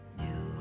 new